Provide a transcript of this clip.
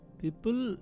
people